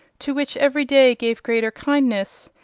to which every day gave greater kindness,